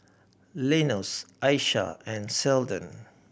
Linus Aisha and Seldon